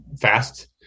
fast